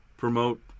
Promote